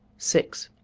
six.